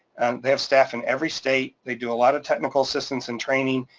they have staff in every state. they do a lot of technical assistance and training,